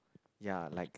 ya like